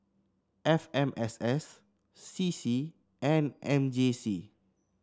F M S S C C and M J C